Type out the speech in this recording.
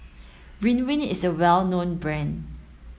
Ridwind is a well known brand